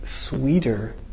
sweeter